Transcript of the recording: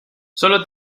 solo